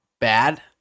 bad